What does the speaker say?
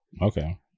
okay